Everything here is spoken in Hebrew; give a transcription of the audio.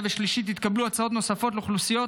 ושלישית התקבלו הצעות נוספות לאוכלוסיות